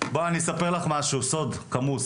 בוא אני אספר לך משהו, סוד כמוס,